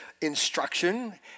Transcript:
instruction